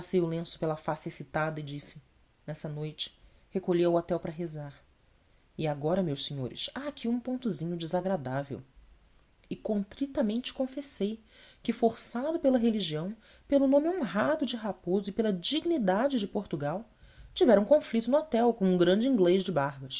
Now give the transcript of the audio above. lenço pela face excitada e disse nessa noite recolhi ao hotel para rezar e agora meus senhores há aqui um pontozinho desagradável e contritamente confessei que forçado pela religião pelo nome honrado de raposo e pela dignidade de portugal tivera um conflito no hotel com um grande inglês de barbas